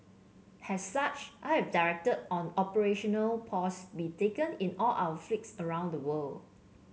as such I have directed an operational pause be taken in all of fleets around the world